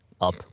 up